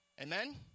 Amen